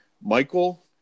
Michael